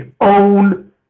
own